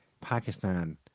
Pakistan